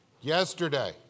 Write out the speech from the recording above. yesterday